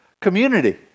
community